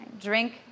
Drink